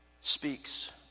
speaks